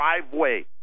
driveway